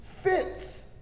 Fits